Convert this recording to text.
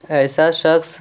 ایسا شخص